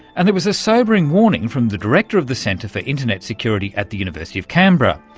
and there was a sobering warning from the director of the centre for internet security at the university of canberra,